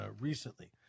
recently